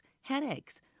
headaches